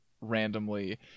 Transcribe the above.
randomly